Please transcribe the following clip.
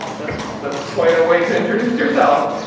that's quite a way to introduce yourself.